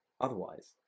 otherwise